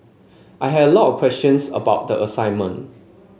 I had a lot of questions about the assignment